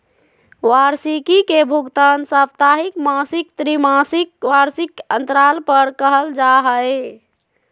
वार्षिकी के भुगतान साप्ताहिक, मासिक, त्रिमासिक, वार्षिक अन्तराल पर कइल जा हइ